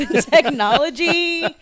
Technology